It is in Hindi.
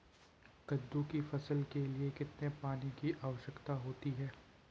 कद्दू की फसल के लिए कितने पानी की आवश्यकता होती है?